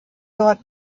dort